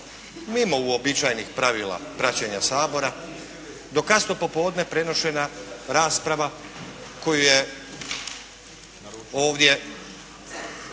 mimo uobičajenih pravila praćenja Sabora do kasno popodne prenošena rasprava koju je ovdje,